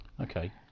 Okay